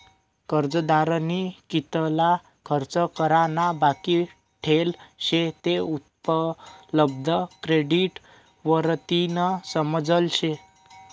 कर्जदारनी कितला खर्च करा ना बाकी ठेल शे ते उपलब्ध क्रेडिट वरतीन समजस